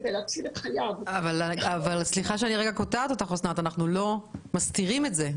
כדי להציל את חייו --- סליחה שאני קוטעת אותך אבל לא מסתירים את זה.